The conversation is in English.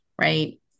right